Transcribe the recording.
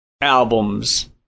albums